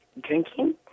drinking